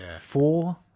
four